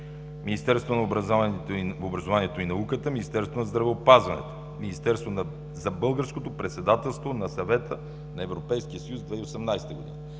Министерство на образованието и науката, Министерство на здравеопазването, Министерство за българското председателство на Съвета на Европейския съюз – 2018 г.,